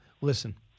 Listen